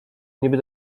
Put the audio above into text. niby